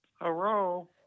Hello